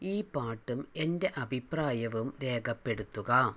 ഈ പാട്ടും എന്റെ അഭിപ്രായവും രേഖപ്പെടുത്തുക